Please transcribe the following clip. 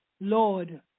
Lord